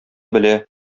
белә